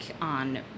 on